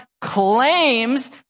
claims